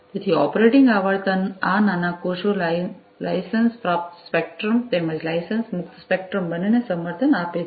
તેથી ઓપરેટિંગ આવર્તન આ નાના કોષો લાઇસન્સ પ્રાપ્ત સ્પેક્ટ્રમ તેમજ લાઇસન્સ મુક્ત સ્પેક્ટ્રમ બંનેને સમર્થન આપે છે